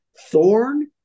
Thorn